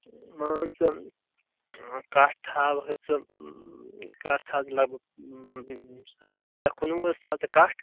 مان ژٕ کٹھ تھاو حظ ژٕ کٹھ تھاو ژٕ لگ بگ اَرداہ کُنوہ حظ تھاو ژٕ کَٹھ